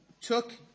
took